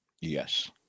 Yes